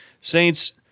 Saints